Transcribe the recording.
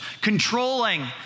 Controlling